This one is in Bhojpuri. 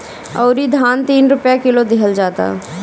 अउरी धान तीन रुपिया किलो देहल जाता